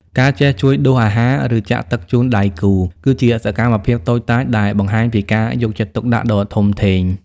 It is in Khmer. ការចេះជួយដួសអាហារ ឬចាក់ទឹកជូនដៃគូ គឺជាសកម្មភាពតូចតាចដែលបង្ហាញពីការយកចិត្តទុកដាក់ដ៏ធំធេង។